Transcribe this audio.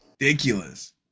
ridiculous